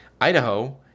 Idaho